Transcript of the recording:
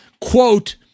quote